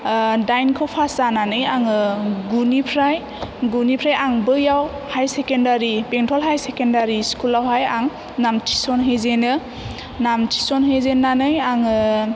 दाइनखौ फास जानानै आङो गुनिफ्राय गुनिफ्राय आं बैयाव हाई सेकेन्दारि बेंटल हाई सेकेन्दारि स्कुलावहाय आं नाम थिसनहैजेनो नाम थिसनहैजेन्नानै आङो